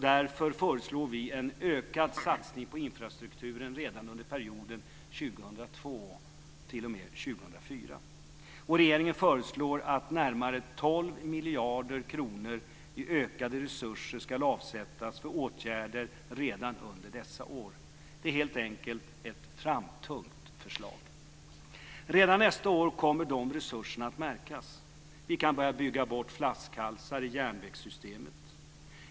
Därför föreslår vi en ökad satsning på infrastrukturen redan under perioden 12 miljarder kronor i ökade resurser ska avsättas för åtgärder redan under dessa år. Det är helt enkelt ett framtungt förslag. Redan nästa år kommer de resurserna att märkas. Vi kan börja bygga bort flaskhalsar i järnvägssystemet.